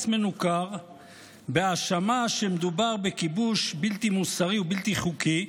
מנוכר והאשמה שמדובר בכיבוש בלתי מוסרי ובלתי חוקי,